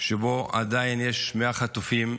שבו עדיין יש 100 חטופים,